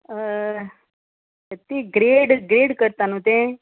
ती grade grade करता न्हू तें